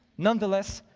nonetheless,